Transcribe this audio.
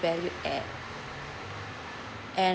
valued at and